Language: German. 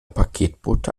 paketbote